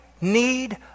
need